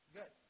Good